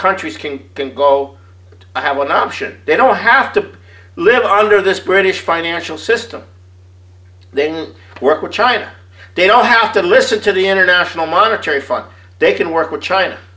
countries king can go i have one option they don't have to live under this british financial system they will work with china they don't have to listen to the international monetary fund they can work with china